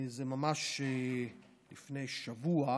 זה ממש לפני שבוע,